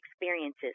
experiences